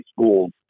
schools